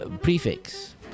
prefix